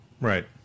Right